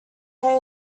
pray